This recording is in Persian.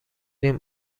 ریم